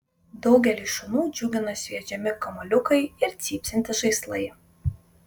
daugelį šunų džiugina sviedžiami kamuoliukai ir cypsintys žaislai